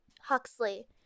huxley